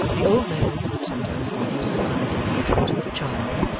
the old man, sometimes by his side and sometimes with the child,